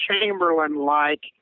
Chamberlain-like